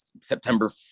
september